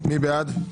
מי בעד?